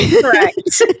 correct